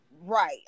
right